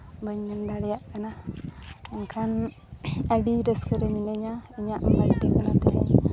ᱵᱟᱹᱧ ᱢᱮᱱ ᱫᱟᱲᱮᱭᱟᱜ ᱠᱟᱱᱟ ᱮᱱᱠᱷᱟᱱ ᱟᱹᱰᱤ ᱨᱟᱹᱥᱠᱟᱹ ᱨᱮ ᱢᱤᱱᱟᱹᱧᱟ ᱤᱧᱟᱹᱜ ᱵᱟᱨᱛᱷᱰᱮᱹ ᱠᱟᱱᱟ ᱛᱮᱦᱮᱧ